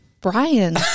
Brian